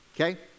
okay